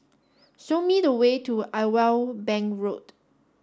show me the way to Irwell Bank Road